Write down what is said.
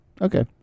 Okay